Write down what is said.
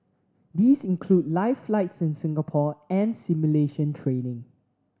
these include live flights in Singapore and simulation training